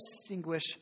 distinguish